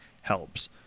helps